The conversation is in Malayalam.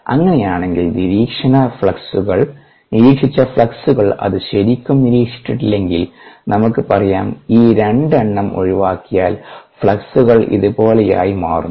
അങ്ങനെയാണെങ്കിൽ നിരീക്ഷിച്ച ഫ്ലക്സുകൾ അത് ശരിക്കും നിരീക്ഷിച്ചിട്ടില്ലെങ്കിൽ നമുക്ക് പറയാം ഈ 2 എണ്ണം ഒഴിവാക്കിയാൽ ഫ്ലക്സുകൾ ഇതുപോലെയായി മാറുന്നു